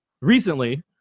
recently